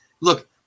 look